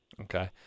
Okay